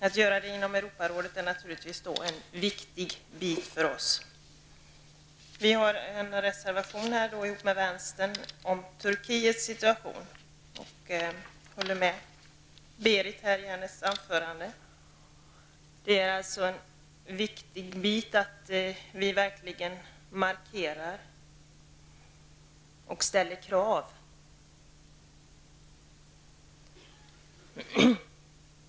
Att göra det inom Europarådet är en väsentlig sak för oss. Miljöpartiet har tillsammans med vänsterpartiet en reservation om Turkiets situation. Jag håller med Berith Eriksson i hennes anförande. Det är viktigt att vi verkligen markerar och ställer krav.